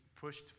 pushed